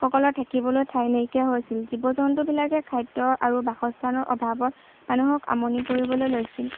সকলৰ থাকিবলৈ ঠাই নাইকিয়া হৈছিল জীৱ জন্তুবিলাকে খাদ্যৰ আৰু বাসস্থানৰ অভাৱত মানুহক আমনি কৰিবলৈ লৈছিল